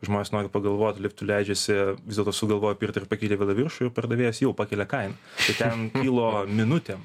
žmonės nori pagalvot liftu leidžiasi vis dėlto sugalvojo pirkti ir pakyli tada viršų jau pardavėjas jau pakelia kainą tai ten kilo minutėm